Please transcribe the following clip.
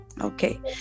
Okay